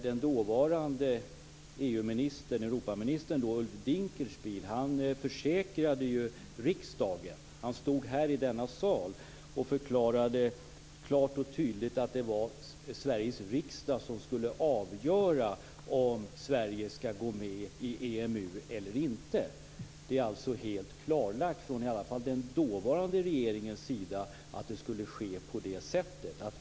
Den dåvarande Europaministern, Ulf Dinkelspiel, stod här i denna sal och försäkrade klart och tydligt att det var Sveriges riksdag som skulle avgöra om Sverige skall gå med i EMU eller inte. Det är alltså helt klarlagt, i varje fall från den dåvarande regeringens sida, att det skulle ske på det sättet.